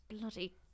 bloody